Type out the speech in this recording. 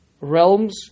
realms